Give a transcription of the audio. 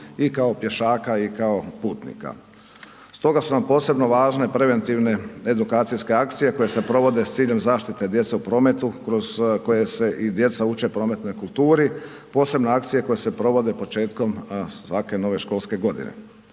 i kao pješaka i kao putnika. Stoga su nam posebno važne preventivne edukacijske akcije koje se provode s ciljem zaštite djece u prometu kroz koje se i djeca uče prometnoj kulturi, posebno akcije koje se provode početkom svake nove školske godine.